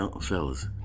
Fellas